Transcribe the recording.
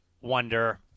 wonder